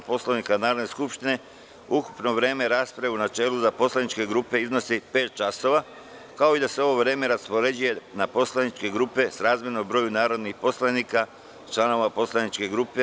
Poslovnika Narodne skupštine, ukupno vreme rasprave u načelu za poslaničke grupe iznosi pet časova, kao i da se ovo vreme raspoređuje na poslaničke grupe srazmerno broju narodnih poslanika članova poslaničke grupe.